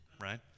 right